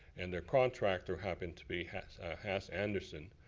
and their contractor happened to be hess ah hess anderson.